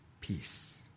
peace